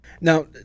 Now